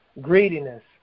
greediness